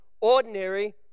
ordinary